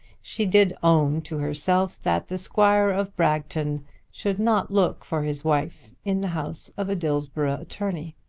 she did own to herself that the squire of bragton should not look for his wife in the house of a dillsborough attorney.